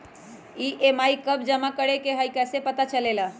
EMI कव जमा करेके हई कैसे पता चलेला?